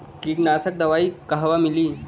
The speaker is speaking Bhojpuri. कीटनाशक दवाई कहवा मिली?